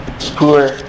Poor